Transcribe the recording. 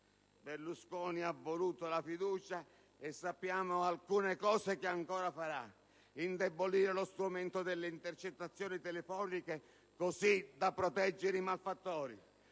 Berlusconi ha voluto la fiducia e sappiamo alcune cose che ancora farà: indebolire lo strumento delle intercettazioni telefoniche così da proteggere i malfattori,